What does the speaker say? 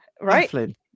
Right